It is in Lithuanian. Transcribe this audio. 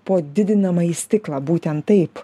pro didinamąjį stiklą būtent taip